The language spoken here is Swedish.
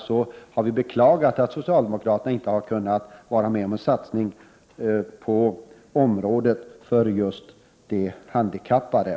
Då har vi beklagat att socialdemokraterna inte har kunnat vara med om en satsning på just handikappområdet.